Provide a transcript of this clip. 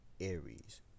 Aries